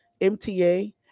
MTA